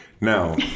Now